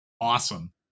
awesome